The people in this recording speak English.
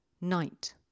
Night